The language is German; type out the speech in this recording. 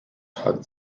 hat